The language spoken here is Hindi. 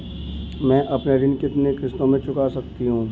मैं अपना ऋण कितनी किश्तों में चुका सकती हूँ?